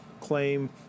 claim